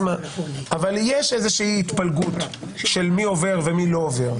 יש איזושהי התפלגות של מי עובר ומי לא עובר.